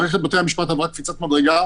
מערכת בתי המשפט עברה קפיצת מדרגה